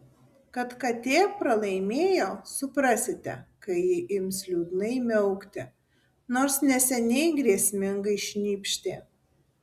kad katė pralaimėjo suprasite kai ji ims liūdnai miaukti nors neseniai grėsmingai šnypštė